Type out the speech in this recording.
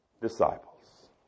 disciples